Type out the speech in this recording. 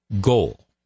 goal